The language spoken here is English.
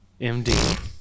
md